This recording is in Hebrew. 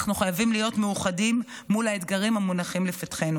אנחנו חייבים להיות מאוחדים מול האתגרים המונחים לפתחנו.